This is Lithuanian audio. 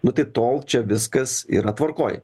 nu tai tol čia viskas yra tvarkoj